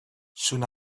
soon